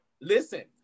Listen